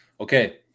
Okay